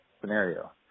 scenario